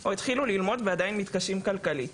או התחילו ללמוד ועדיין מתקשים כלכלית.